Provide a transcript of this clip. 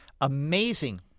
amazing